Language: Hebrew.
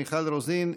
מיכל רוזין,